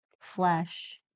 flesh